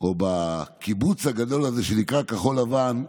או בקיבוץ הגדול הזה שנקרא כחול לבן,